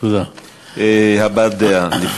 הבעת דעה.